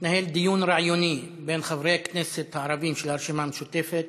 שמתנהל דיון רעיוני בין חברי הכנסת הערבים של הרשימה המשותפת